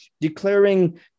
declaring